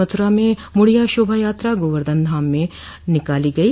मथुरा में मुड़िया शोभा यात्रा गोवर्धनधाम में निकाली गयी